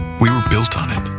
we were built on it.